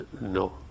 No